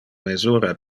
mesura